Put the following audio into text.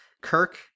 Kirk